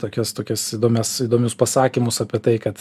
tokias tokias įdomias įdomius pasakymus apie tai kad